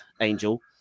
Angel